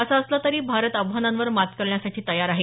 असं असलं तरी भारत आव्हानांवर मात करण्यासाठी तयार आहे